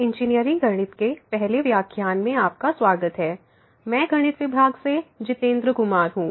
engineering गणित के पहले व्याख्यान में आपका स्वागत है मैं गणित विभाग से जितेंद्र कुमार हूँ